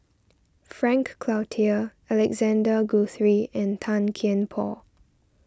Frank Cloutier Alexander Guthrie and Tan Kian Por